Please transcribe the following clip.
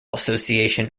association